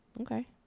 Okay